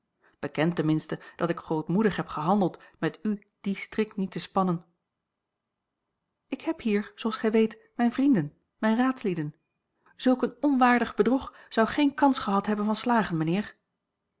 ten minste dat ik grootmoedig heb gehandeld met u dien strik niet te spannen ik heb hier zooals gij weet mijne vrienden mijne raadslieden zulk een onwaardig bedrog zou geen kans gehad hebben van slagen mijnheer